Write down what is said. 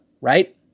right